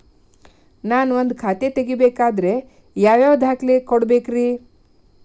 ನಾನ ಒಂದ್ ಖಾತೆ ತೆರಿಬೇಕಾದ್ರೆ ಯಾವ್ಯಾವ ದಾಖಲೆ ಕೊಡ್ಬೇಕ್ರಿ?